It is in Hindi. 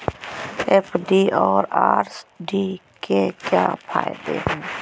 एफ.डी और आर.डी के क्या फायदे हैं?